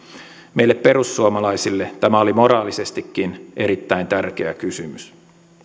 meille perussuomalaisille tämä oli moraalisestikin erittäin tärkeä kysymys